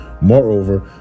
Moreover